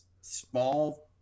small